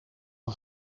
een